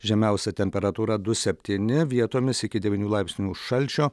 žemiausia temperatūra du septyni vietomis iki devynių laipsnių šalčio